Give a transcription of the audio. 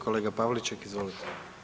Kolega Pavliček, izvolite.